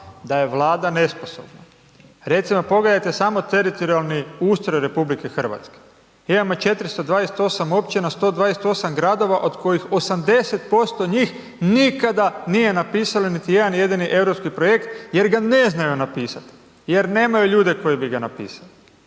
da je Vlada nesposobna. Recimo pogledajte samo teritorijalni ustroj RH, imamo 428 općina, 128 gradova od kojih 80% njih nikada nije napisalo niti jedan jedini europski projekt jer ga ne znaju napisati, jer nemaju ljude koji bi ga napisali.